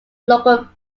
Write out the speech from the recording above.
local